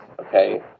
Okay